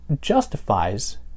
justifies